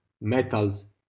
metals